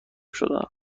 شدن